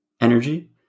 energy